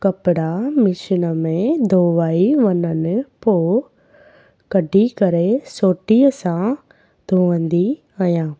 कपिड़ा मशीन में धोआई वञनि पोइ कढी करे सोटीअ सां धोअंदी आहियां